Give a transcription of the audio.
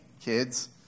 kids